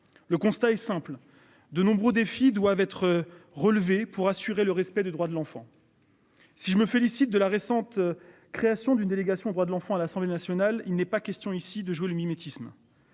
Le constat est simple, de nombreux défis doivent être relevés pour assurer le respect des droits de l'enfant.-- Si je me félicite de la récente. Création d'une délégation aux droits de l'enfant à l'Assemblée nationale, il n'est pas question ici de jouer le mimétisme.--